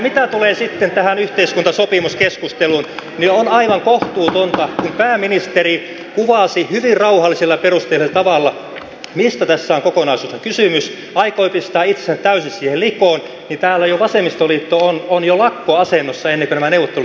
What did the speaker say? mitä tulee sitten tähän yhteiskuntasopimuskeskusteluun niin on aivan kohtuutonta että kun pääministeri kuvasi hyvin rauhallisella ja perusteellisella tavalla mistä tässä on kokonaisuutena kysymys aikoi pistää siinä itsensä täysin likoon niin täällä vasemmistoliitto on lakkoasennossa jo ennen kuin nämä neuvottelut on käyty